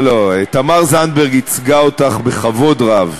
לא, תמר זנדברג ייצגה אותך בכבוד רב,